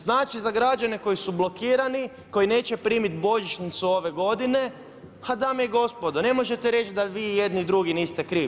Znači za građane koji su blokirani, koji neće primit božićnicu ove godine, a dame i gospodo ne možete reći da vi i jedni i drugi niste krivi.